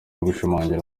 gushimangira